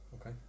Okay